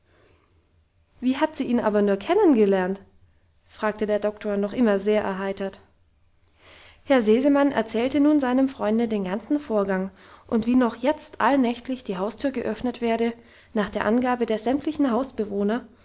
wie hat sie ihn aber nur kennen gelernt fragte der doktor noch immer sehr erheitert herr sesemann erzählte nun seinem freunde den ganzen vorgang und wie noch jetzt allnächtlich die haustür geöffnet werde nach der angabe der sämtlichen